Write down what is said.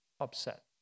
upset